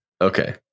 Okay